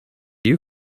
you